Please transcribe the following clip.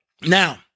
Now